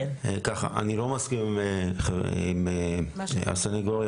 אני לא מסכים עם מה שנאמר על ידי הסנגוריה